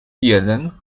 jeden